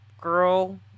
girl